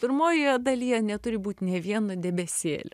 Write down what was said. pirmojoje dalyje neturi būti nė vieno debesėlio